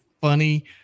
funny